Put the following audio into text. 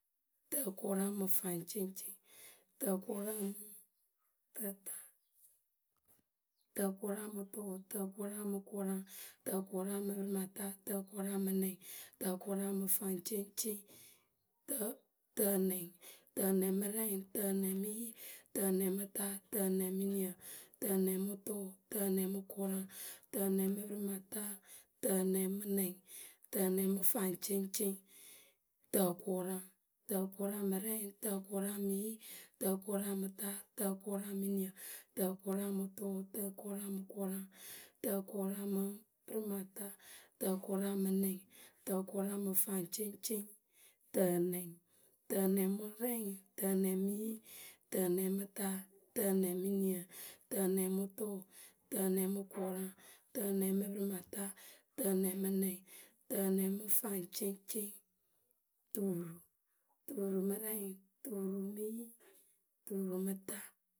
tǝkʊraŋ mɨ faŋceŋceŋ, tǝkʊraŋ mɨ tǝta, tǝkʊraŋ mɨ tʊʊ, tǝkʊraŋ mɨ kʊraŋ, tǝkʊraŋ mɨ pǝrɩmata, tǝkʊraŋ mɨ nɛŋ, tǝkʊraŋ mɨ faŋceŋceŋ, tǝ tǝnɛŋ, tǝnɛŋ mɨ rɛŋ, tǝnɛŋ mɨ yi, tǝnɛŋ mɨ ta, tǝnɛŋ mɨ niǝ, tǝnɛŋ mɨ tʊʊ, tǝnɛŋ mɨ kʊraŋ, tǝnɛŋ mɨ pǝrɩmata, tǝnɛŋ mɨ nɛŋ, tǝnɛŋ mɨ faŋceŋceŋ. tǝkʊrɑŋ, tǝkʊraŋ mɨ rɛŋ, tǝkʊraŋ mɨ yi, tǝkʊraŋ mɨ ta, tǝkʊraŋ mɨ niǝ, tǝkʊraŋ mɨ tʊʊ, tǝkʊraŋ mɨ kʊraŋ, prɩmata, tǝkʊraŋ mɨ nɛŋ, tǝkʊraŋ mɨ faŋceŋceŋ, tǝnɛŋ, tǝnɛŋ mɨ rɛŋ, tǝnɛŋ mɨ yi, tǝnɛŋ mɨ ta, tǝnɛŋ mɨ niǝ, tǝnɛŋ mɨ tʊʊ, tǝnɛŋ mɨ kʊraŋ, tǝnɛŋ mɨ pǝrɩmata, tǝnɛŋ mɨ nɛŋ, tǝnɛŋ mɨ faŋceŋceŋ, tuuru, tuuru mɨ rɛŋ, tuuru mɨ yi, tuuru mɨ ta.